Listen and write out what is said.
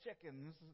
chickens